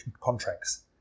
contracts